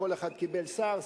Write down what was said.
וכל אחד קיבל שר,